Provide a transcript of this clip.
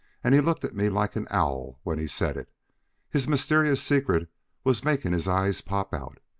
and he looked at me like an owl when he said it his mysterious secret was making his eyes pop out.